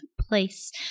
place